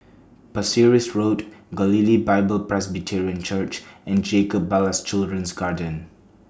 Pasir Ris Road Galilee Bible Presbyterian Church and Jacob Ballas Children's Garden